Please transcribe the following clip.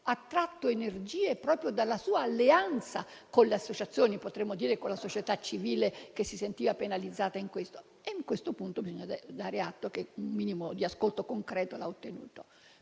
hanno tratto energie proprio dall'alleanza con le associazioni, o potremmo dire con una società civile che si sentiva penalizzata in questo senso; sul punto bisogna dare atto che un minimo di ascolto concreto lo hanno ottenuto.